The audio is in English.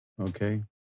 Okay